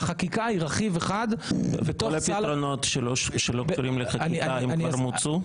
והחקיקה היא רכיב אחד --- וכל הפתרונות שלא קשורים לחקיקה כבר מוצו?